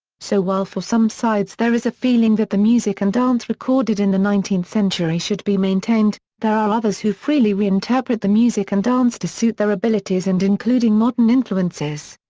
so while for some sides there is a feeling that the music and dance recorded in the nineteenth century should be maintained, there are others who freely reinterpret the music and dance to suit their abilities and including modern influences.